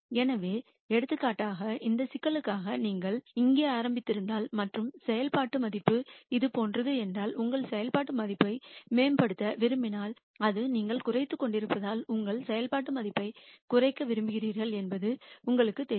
எனவே எடுத்துக்காட்டாக இந்த சிக்கலுக்காக நீங்கள் இங்கே ஆரம்பித்திருந்தால் மற்றும் செயல்பாட்டு மதிப்பு இது போன்றது என்றால் உங்கள் செயல்பாட்டு மதிப்பை மேம்படுத்த விரும்பினால் அது நீங்கள் குறைத்துக்கொண்டிருப்பதால் உங்கள் செயல்பாட்டு மதிப்பைக் குறைக்க விரும்புகிறீர்கள் என்பது உங்களுக்குத் தெரியும்